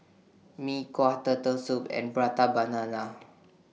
Mee Kuah Turtle Soup and Prata Banana